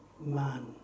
man